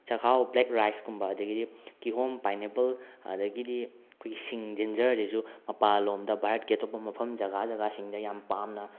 ꯆꯥꯛꯍꯥꯎ ꯕ꯭ꯂꯦꯛ ꯔꯥꯏꯁꯀꯨꯝꯕ ꯑꯗꯒꯤꯗꯤ ꯀꯤꯍꯣꯝ ꯄꯥꯏꯟꯅꯦꯑꯦꯄꯜ ꯑꯗꯨꯗꯒꯤꯗꯤ ꯑꯩꯉꯣꯏꯒꯤ ꯁꯤꯡ ꯖꯤꯟꯖꯔꯁꯤꯁꯨ ꯃꯄꯥꯟ ꯂꯣꯝꯗ ꯚꯥꯔꯠꯀꯤ ꯑꯇꯣꯞꯄ ꯃꯐꯝ ꯖꯒꯥ ꯖꯒꯥꯁꯤꯡꯗ ꯌꯥꯝ ꯄꯥꯝꯅ